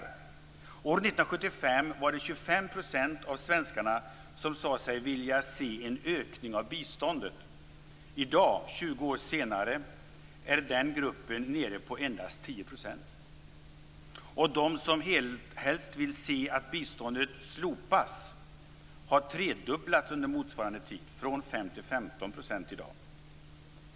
År 1975 var det 25 % av svenskarna som sa sig vilja se en ökning av biståndet. I dag - 20 år senare - är den gruppen nere på endast 10 %. Antalet svenskar som helst vill se att biståndet slopas har tredubblats under motsvarande tid - från 5 % till 15 % i dag.